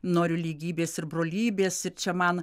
noriu lygybės ir brolybės ir čia man